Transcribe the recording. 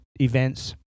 events